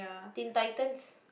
Teen-Titans